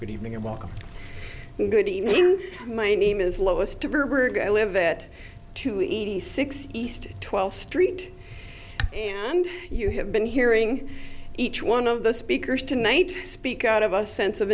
good evening and welcome good evening my name is lois to live it to eat six east twelfth street and you have been hearing each one of the speakers tonight speak out of a sense of